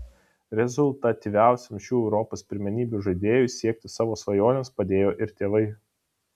rezultatyviausiam šių europos pirmenybių žaidėjui siekti savo svajonės padėjo ir tėvai